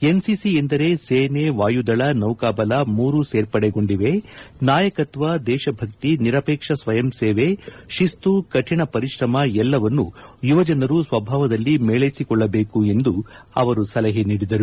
NCC ಎಂದರೆ ಸೇನೆ ವಾಯುದಳ ನೌಕಾಬಲ ಮೂರೂ ಸೇರ್ಪಡೆಗೊಂಡಿವೆ ನಾಯಕತ್ವ ದೇಶಭಕ್ತಿ ನಿರಪೇಕ್ಷ ಸ್ವಯಂ ಸೇವೆ ಶಿಸ್ತು ಕರಿಣ ಪರಿಶ್ರಮ ಎಲ್ಲವನ್ನೂ ಯುವಜನರು ಸ್ವಭಾವದಲ್ಲಿ ಮೇಳ್ಳೆಸಿಕೊಳ್ಳಬೇಕು ಎಂದು ಅವರು ಸಲಹೆ ನೀಡಿದರು